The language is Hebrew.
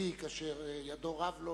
ותיק שידיו רב לו